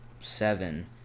seven